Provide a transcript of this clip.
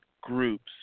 groups